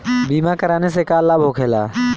बीमा कराने से का लाभ होखेला?